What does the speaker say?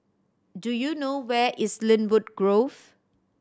do you know where is Lynwood Grove